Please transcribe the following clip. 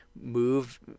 move